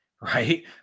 right